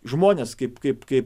žmonės kaip kaip kaip